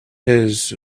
his